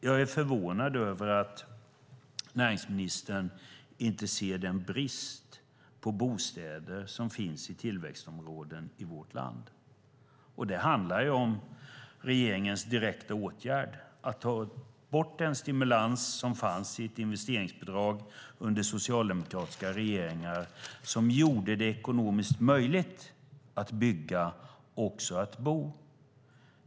Jag är förvånad över att näringsministern inte ser den brist på bostäder som finns i tillväxtområden i vårt land. Det handlar om regeringens direkta åtgärd, nämligen att ta bort den stimulans som fanns i ett investeringsbidrag under socialdemokratiska regeringar och som gjorde det ekonomiskt möjligt att bygga och också att bo.